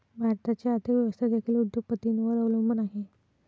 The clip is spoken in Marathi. भारताची आर्थिक व्यवस्था देखील उद्योग पतींवर अवलंबून आहे